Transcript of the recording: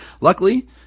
Luckily